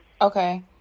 Okay